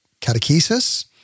catechesis